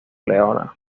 leona